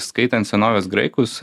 skaitant senovės graikus